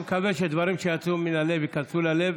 אני מקווה שדברים שיצאו מן הלב ייכנסו אל הלב.